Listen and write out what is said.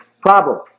Problem